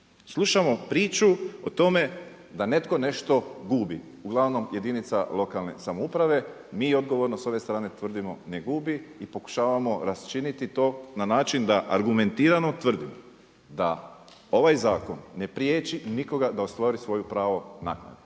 Slušamo priču o tome da netko nešto gubi, uglavnom jedinica lokalne samouprave. Mi odgovorno s ove strane tvrdimo ne gubi i pokušavamo raščiniti to na način da argumentirano tvrdimo da ovaj zakon ne priječi nikoga da ostvari svoje pravo naknade